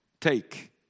Take